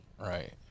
Right